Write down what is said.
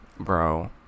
bro